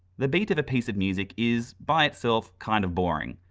the beat of a piece of music is, by itself, kind of boring.